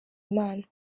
imana